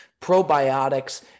probiotics